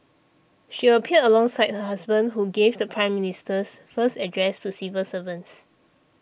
she appeared alongside her husband who gave the Prime Minister's first address to civil servants